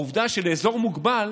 העובדה שלאזור מוגבל